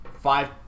five